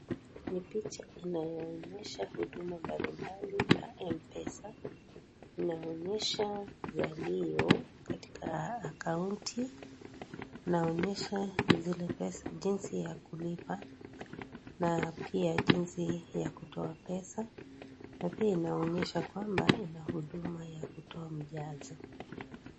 Ni picha inayoonyesha Huduma mbalimbali za mpesa. Inaonyesha salio katika akaunti, inaonyesha jinsi ya kulipa na pia jinsi ya kutoa pesa. Na pia inaonyesha kwamba ina Huduma ya kutoa mjazo.